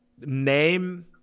name